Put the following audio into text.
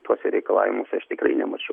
tuose reikalavimuose aš tikrai nemačiau